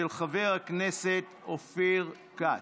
של חבר הכנסת אופיר כץ.